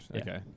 Okay